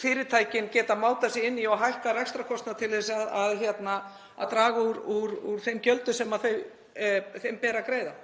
fyrirtækin geta mátað sig inn í og hækkað rekstrarkostnað til að reyna að draga úr þeim gjöldum sem þeim ber að greiða.